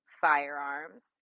firearms